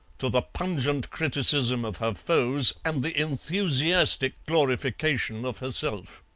to the pungent criticism of her foes and the enthusiastic glorification of herself.